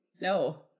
No